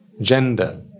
Gender